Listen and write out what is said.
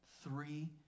Three